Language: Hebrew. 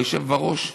היושב בראש?